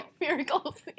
Miracles